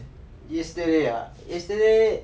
yesterday ah yesterday